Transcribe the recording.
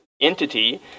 entity